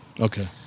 Okay